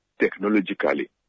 technologically